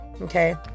Okay